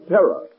Terror